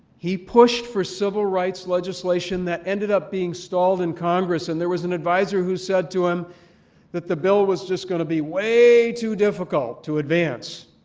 he pushed for civil rights legislation that ended up being stalled in congress and there was an advisor who said to him that the bill was just going to be way too difficult to advance.